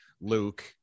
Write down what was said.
Luke